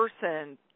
person